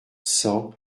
cent